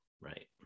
right